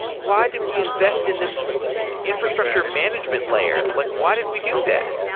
why did we invest in this infrastructure management layer? like why did we do that?